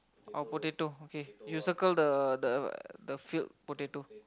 our potato okay you circle the the the filled potato